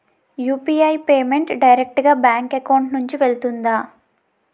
UPI payment direct గా bank account నుంచి వెళ్తుందా?